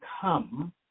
come